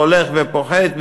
והולך ופוחת,